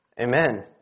Amen